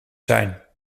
zijn